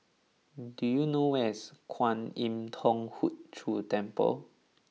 do you know where is Kwan Im Thong Hood Cho Temple